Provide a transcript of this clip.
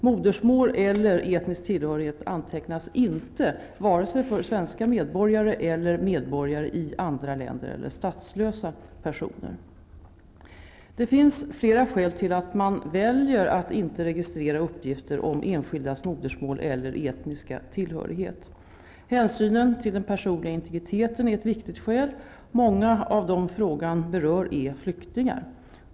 Modersmål eller etnisk tillhörighet antecknas inte vare sig för svenska medborgare, eller för medborgare i andra länder eller för statslösa personer. Det finns flera skäl till att man väljer att inte registrera uppgifter om enskildas modersmål eller etniska tillhörighet. Hänsynen till den personliga integriteten är ett viktigt skäl. Många av dem frågan berör är flyktingar.